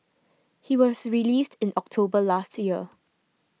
he was released in October last year